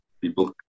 people